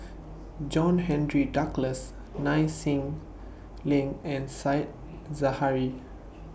John Henry Duclos Nai Swee Leng and Said Zahari